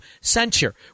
censure